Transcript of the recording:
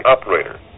operator